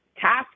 task